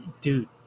dude